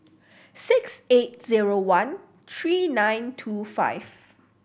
six eight zero one three nine two five